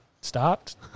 stopped